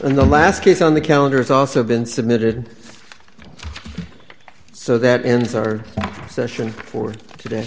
in the last case on the calendar has also been submitted so that ends our session for today